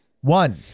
One